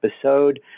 episode